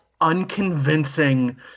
unconvincing